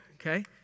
Okay